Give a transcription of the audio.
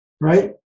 right